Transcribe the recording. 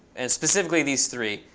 and, specifically, these three,